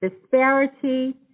disparity